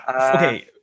Okay